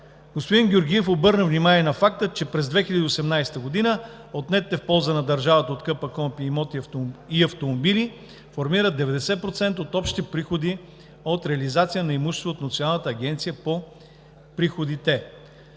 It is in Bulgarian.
Господин Георгиев обърна внимание и на факта, че през 2018 г. отнетите в полза на държавата от КПКОНПИ имоти и автомобили формират 90% от общите приходи от реализация на имущество от Националната агенция за приходите.